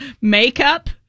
Makeup